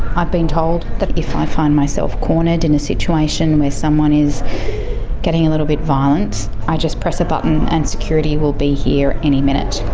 i've been told if i find myself cornered in a situation where someone is getting a little bit violent, i just press a button and security will be here any minute.